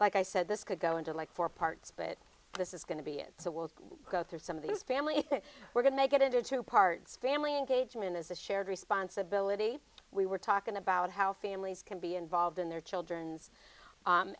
like i said this could go into like four parts but this is going to be it so we'll go through some of these family that we're going to make it into two parts family and cajun is a shared responsibility we were talking about how families can be involved in their children's